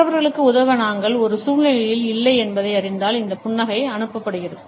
மற்றவர்களுக்கு உதவ நாங்கள் ஒரு சூழ்நிலையில் இல்லை என்பதை அறிந்தால் இந்த புன்னகை அனுப்பப்படுகிறது